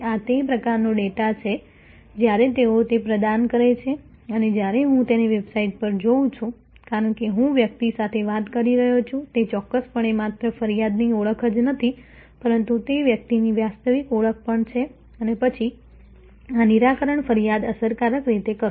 આ તે પ્રકારનો ડેટા છે જ્યારે તેઓ તે પ્રદાન કરે છે અને જ્યારે હું તેને વેબસાઇટ પર જોઉં છું કારણ કે હું વ્યક્તિ સાથે વાત કરી રહ્યો છું તે ચોક્કસપણે માત્ર ફરિયાદની ઓળખ જ નથી પરંતુ તે વ્યક્તિની વાસ્તવિક ઓળખ પણ છે અને પછી આ નિરાકરણ ફરિયાદ અસરકારક રીતે કરો